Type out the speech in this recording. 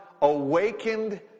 awakened